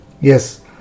yes